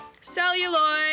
Celluloid